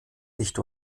nicht